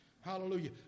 Hallelujah